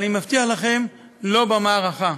אבל אני מבטיח לכם: לא במערכה.